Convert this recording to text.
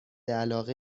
علاقه